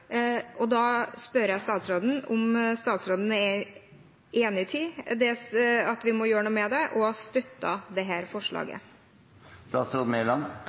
Da spør jeg statsråden om statsråden er enig i at vi må gjøre noe med det, og om hun støtter dette forslaget. Det